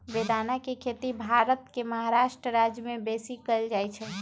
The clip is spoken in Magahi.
बेदाना के खेती भारत के महाराष्ट्र राज्यमें बेशी कएल जाइ छइ